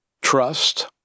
trust